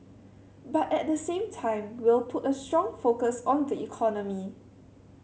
but at the same time we'll put a strong focus on the economy